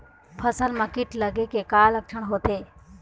फसल म कीट लगे के का लक्षण होथे?